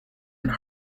and